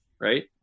right